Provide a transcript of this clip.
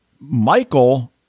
Michael